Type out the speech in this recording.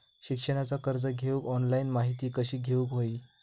शिक्षणाचा कर्ज घेऊक ऑनलाइन माहिती कशी घेऊक हवी?